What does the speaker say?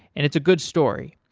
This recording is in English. and it's a good story.